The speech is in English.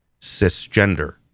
cisgender